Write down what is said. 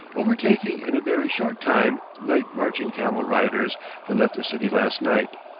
overtaking in a very short time night-marching camel-riders that left the city last night.